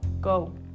Go